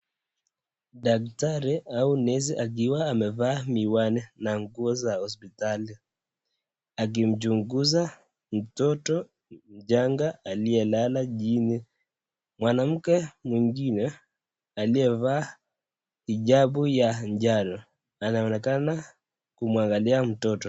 Daktari au nesi akiwa amevaa miwani na nguo za hospitali akimchunguza mtoto janga aliyelala chini , mwanamke mwingine aliyevaa hijabu ya njano anaonekana kumwangalia mtoto.